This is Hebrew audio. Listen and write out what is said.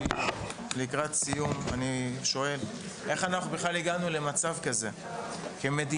ולקראת סיום אני שואל איך אנחנו בכלל הגענו למצב כזה כמדינה,